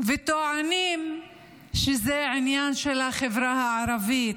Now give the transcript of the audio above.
שטוענים שזה עניין של החברה הערבית,